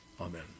Amen